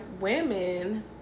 women